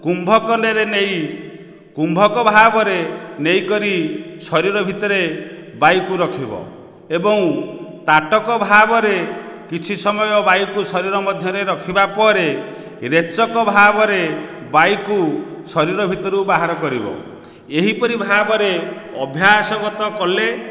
କୁମ୍ଭକନରେ ନେଇ କୁମ୍ଭକ ଭାବରେ ନେଇକି ଶରୀର ଭିତରେ ବାୟୁକୁ ରଖିବ ଏବଂ ତାଟକ ଭାବରେ କିଛି ସମୟ ବାୟୁକୁ ଶରୀର ମଧ୍ୟରେ ରଖିବା ପରେ ରେଚକ ଭାବରେ ବାୟୁକୁ ଶରୀର ଭିତରୁ ବାହାର କରିବ ଏହିପରି ଭାବରେ ଅଭ୍ୟାସଗତ କଲେ